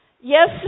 yes